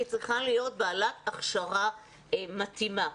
היא צריכה להיות בעלת הכשרה מתאימה.